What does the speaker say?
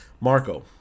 Marco